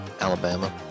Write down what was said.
Alabama